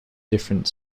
different